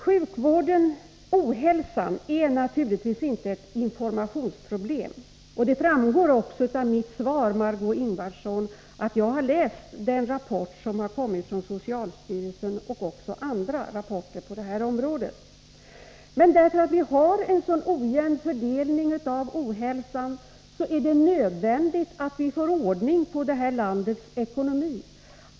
Sjukvården och ohälsan är naturligtvis inte ett informationsproblem. Det framgår också av mitt svar, Margöé Ingvardsson, att jag har läst den rapport som kommit från socialstyrelsen och även andra rapporter på detta område. Men därför att vi har en så ojämn fördelning av ohälsan, är det nödvändigt att vi får ordning på detta lands ekonomi.